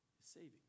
saving